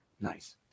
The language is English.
nice